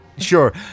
Sure